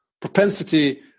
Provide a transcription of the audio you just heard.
propensity